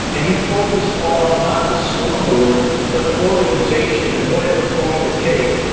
and he focused on not the scoreboard but the organization and what it was going to take,